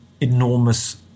enormous